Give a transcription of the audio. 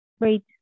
Great